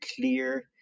clear